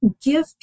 give